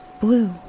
blue